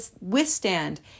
withstand